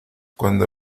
cuando